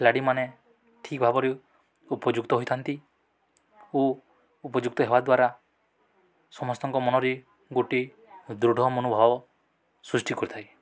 ଖେଳାଳିମାନେ ଠିକଭାବରେ ଉପଯୁକ୍ତ ହୋଇଥାନ୍ତି ଓ ଉପଯୁକ୍ତ ହେବା ଦ୍ୱାରା ସମସ୍ତଙ୍କ ମନରେ ଗୋଟିଏ ଦୃଢ଼ ମନୋଭାବ ସୃଷ୍ଟି କରିଥାଏ